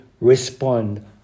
respond